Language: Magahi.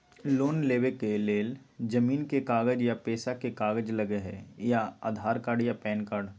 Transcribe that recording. लोन लेवेके लेल जमीन के कागज या पेशा के कागज लगहई या आधार कार्ड या पेन कार्ड?